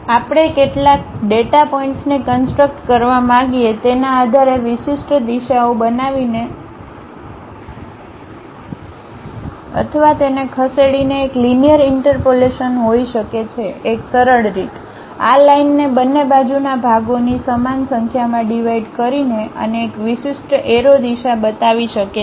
તેથી આપણે કેટલા ડેટા પોઇન્ટ્સને કન્સટ્રક્ કરવા માંગીએ તેના આધારે વિશિષ્ટ દિશાઓ બનાવીને અથવા તેને ખસેડીને એક લીનિઅર ઇન્ટપોલેસન હોઈ શકે છે એક સરળ રીત આ લાઈનને બંને બાજુના ભાગોની સમાન સંખ્યામાં ડિવાઇડ કરીને અને એક વિશિષ્ટ એરો દિશા બતાવી શકે છે